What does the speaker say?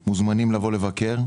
אתם מוזמנים לבקר.